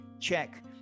check